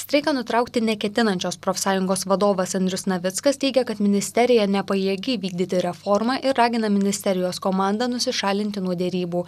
streiką nutraukti neketinančios profsąjungos vadovas andrius navickas teigia kad ministerija nepajėgi vykdyti reformą ir ragina ministerijos komandą nusišalinti nuo derybų